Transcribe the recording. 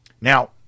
Now